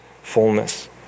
fullness